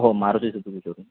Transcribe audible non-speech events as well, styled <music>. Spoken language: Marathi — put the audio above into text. हो मारू <unintelligible>